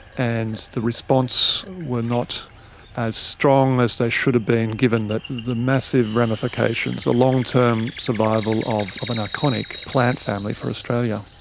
and the response were not as strong as they should have been given the the massive ramifications, the long term survival of an iconic plant family for australia.